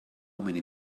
many